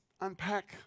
unpack